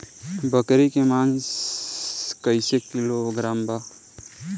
बकरी के मांस कईसे किलोग्राम बा?